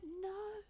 no